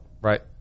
Right